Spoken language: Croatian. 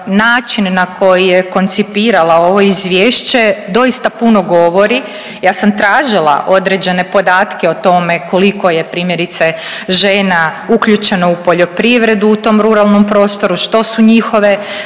način na koji je koncipirala ovo izvješće doista puno govori. Ja sam tražila određene podatke o tome koliko je primjerice žena uključeno u poljoprivredu u tom ruralnom prostoru, što su njihove